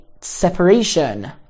separation